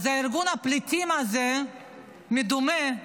אז ארגון הפליטים המדומה הזה,